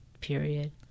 period